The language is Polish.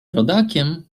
rodakiem